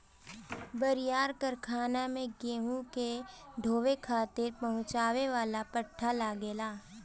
बड़ियार कारखाना में गेहूं के ढोवे खातिर पहुंचावे वाला पट्टा लगेला